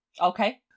Okay